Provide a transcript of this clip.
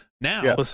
Now